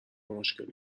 مشکلی